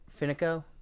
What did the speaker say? Finico